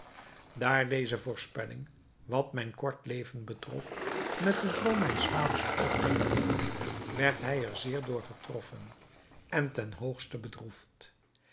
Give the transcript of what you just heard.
daar deze voorspelling wat mijn kort leven betrof met den droom mijns vaders overeenkwam werd hij er zeer door getroffen en ten hoogste bedroefd